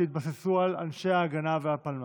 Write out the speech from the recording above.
שהתבססו על אנשי ההגנה והפלמ"ח.